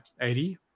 80